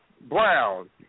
Brown